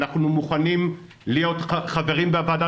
אנחנו מוכנים להיות חברים בוועדה,